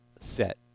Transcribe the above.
set